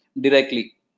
directly